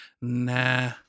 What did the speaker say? nah